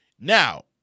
Now